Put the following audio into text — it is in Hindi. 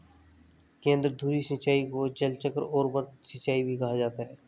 केंद्रधुरी सिंचाई को जलचक्र और वृत्त सिंचाई भी कहा जाता है